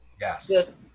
Yes